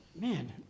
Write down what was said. Man